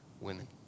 women